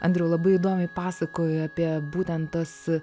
andriau labai įdomiai pasakojai apie būtent tas